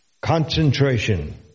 concentration